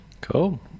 Cool